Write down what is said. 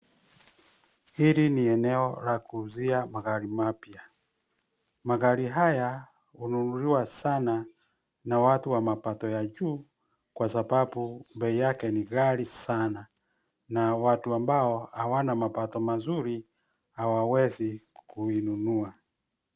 Hili ni eneo la kuuzia magari mapya. Magari haya, hununuliwa sana na watu wa mapato ya juu, kwa sababu bei yake ni ghali sana na watu ambao hawana mapato mazuri hawawezi kuinunua.